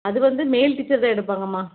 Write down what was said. அது வந்து மேல் டீச்சர் தான் எடுப்பாங்க அம்மா